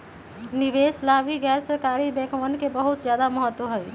निवेश ला भी गैर सरकारी बैंकवन के बहुत ज्यादा महत्व हई